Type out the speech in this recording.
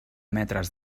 metres